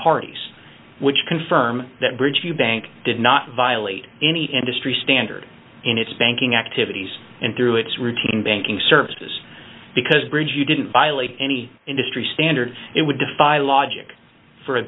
parties which confirm that bridge you bank did not violate any industry standard in its banking activities and through its routine banking services because bridge you didn't violate any industry standard it would defy logic for a